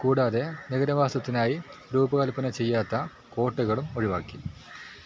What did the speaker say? കൂടാതെ നഗരവാസത്തിനായി രൂപകൽപ്പന ചെയ്യാത്ത കോട്ടകളും ഒഴിവാക്കി